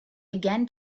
again